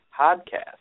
Podcast